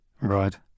Right